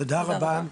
תודה רבה.